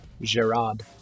Gerard